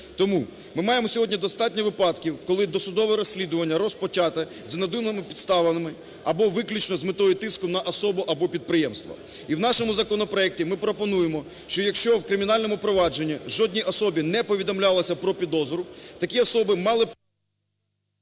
Тому ми маємо сьогодні випадків, коли досудове розслідування розпочате з надуманими підставами або виключно з метою тиску на особу або підприємство. І в нашому законопроекті ми пропонуємо, що якщо в кримінальному проваджені жодній особі не повідомлялося про підозру, такі особи мали б…